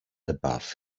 above